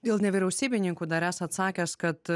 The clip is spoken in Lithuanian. dėl nevyriausybininkų dar esat sakęs kad